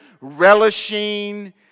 relishing